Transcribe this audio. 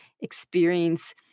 experience